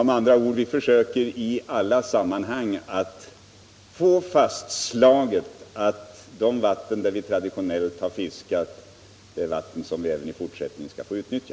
Med andra ord: Vi försöker i alla sammanhang att få fastslaget att de vatten där vi traditionellt har fiskat skall vi även i fortsättningen få utnyttja.